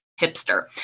hipster